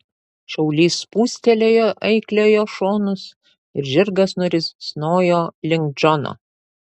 šaulys spūstelėjo eikliojo šonus ir žirgas nurisnojo link džono